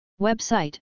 Website